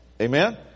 Amen